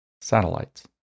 satellites